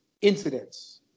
incidents